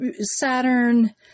Saturn